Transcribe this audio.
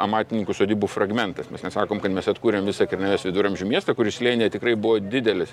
amatininkų sodybų fragmentas mes nesakom kad mes atkūrėm visą kernavės viduramžių miestą kuris slėnyje tikrai buvo didelis